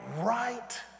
right